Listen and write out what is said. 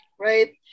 right